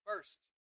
First